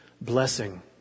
blessing